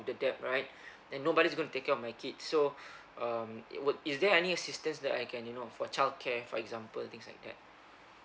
with the debt right then nobody's gonna take care of my kids so um it would is there any assistance that I can you know for childcare for example things like that